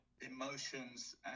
emotions